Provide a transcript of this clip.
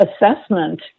assessment